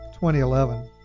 2011